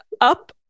up